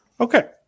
Okay